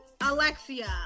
Alexia